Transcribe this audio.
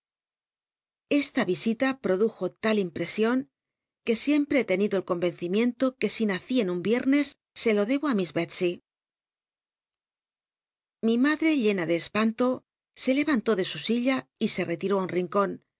esta isila produjo tal irnpresion que siempre he tenido el convencimien to que si nací en un iernes se lo debo t miss delsey li madre llena de espanto se le'anló de su silla y se retiró en un tincon